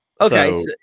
Okay